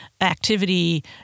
activity